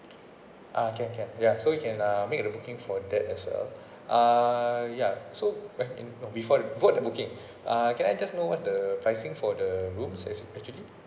ah can can ya so you can uh make the booking for that as well uh ya so right in before I before I booking uh can I just know what's the pricing for the rooms s~ actually